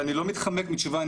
ואני לא מתחמק מתשובה,